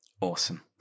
awesome